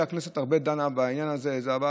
הכנסת דנה בעניין הזה הרבה.